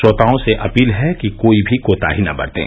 श्रोताओं से अपील है कि कोई भी कोताही न बरतें